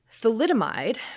Thalidomide